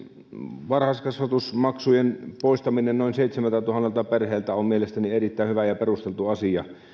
varhaiskasvatusmaksujen poistaminen noin seitsemältätuhannelta perheeltä on mielestäni erittäin hyvä ja perusteltu asia